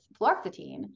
fluoxetine